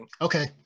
okay